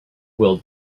will